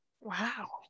wow